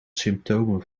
symptomen